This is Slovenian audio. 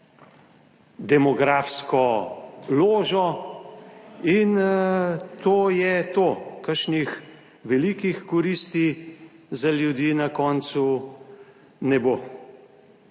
demografsko ložo in to je to, kakšnih velikih koristi za ljudi na koncu ne bo.